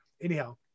anyhow